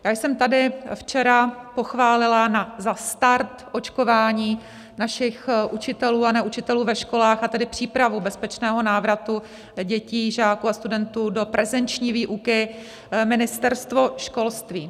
Já jsem tady včera pochválila za start očkování našich učitelů a neučitelů ve školách, a tedy přípravu bezpečného návratu dětí, žáků a studentů do prezenční výuky, Ministerstvo školství.